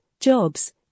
jobs